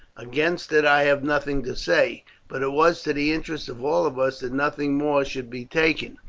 against it i have nothing to say but it was to the interest of all of us that nothing more should be taken.